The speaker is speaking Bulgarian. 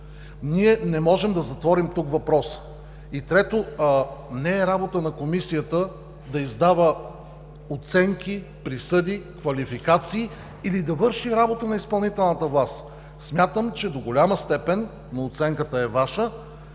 ние не можем да затворим тук въпроса. Трето, не е работа на Комисията да издава оценки, присъди, квалификации или да върши работата на изпълнителната власт. Смятам, че до голяма степен оценката е Ваша.